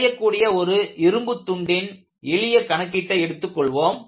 வளையக்கூடிய ஒரு இரும்பு துண்டின் எளிய கணக்கீட்டை எடுத்துக்கொள்வோம்